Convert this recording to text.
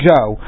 Joe